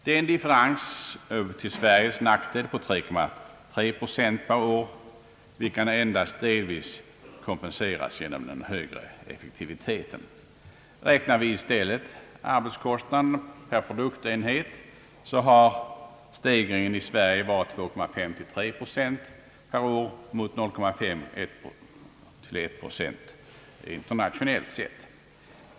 Det är en differens till Sveriges nackdel på 3,3 procent per år, vilken endast delvis kompenseras genom den höga effektiviteten. Räknar vi i stället arbetskostnader per produktenhet har stegringen i Sverige varit 2,53 procent per år mot 0,5—1 procent internationellt sett.